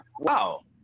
wow